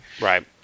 Right